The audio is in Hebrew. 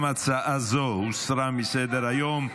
גם הצעה זו הוסרה מסדר-היום.